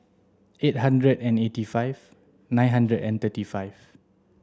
eight hundred and eighty five nine hundred and thirty five